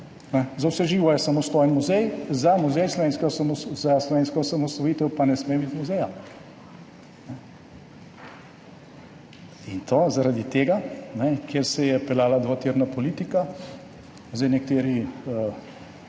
za vse živo imamo samostojne muzeje, za slovensko osamosvojitev pa ne sme biti muzeja, in to zaradi tega, ker se je peljala dvotirna politika. Nekateri